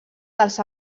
dels